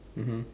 mmhmm